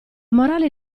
morale